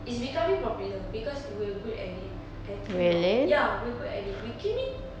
it's becoming popular because we're good at it I think now ya we're good at it we came in